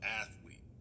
athlete